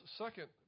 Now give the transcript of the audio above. second